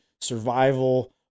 survival